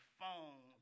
phone